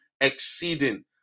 exceeding